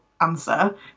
answer